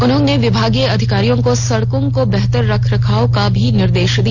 उन्होंने विभागीय अधिकारियों को सड़कों के बेहतर रखरखाव करने का भी निर्देश दिया